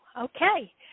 okay